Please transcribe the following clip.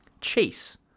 Chase